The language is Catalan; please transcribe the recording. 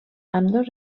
ambdós